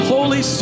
Holy